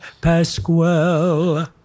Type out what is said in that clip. Pasquale